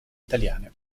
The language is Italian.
italiane